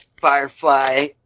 firefly